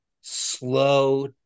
slow